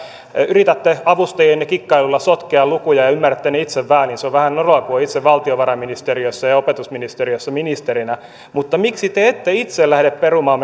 yritätte avustajienne kikkailulla sotkea lukuja ja ymmärrätte ne itse väärin ja se on vähän noloa kun on itse valtiovarainministeriössä tai opetusministeriössä ministerinä mutta miksi te ette itse lähde perumaan